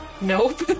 Nope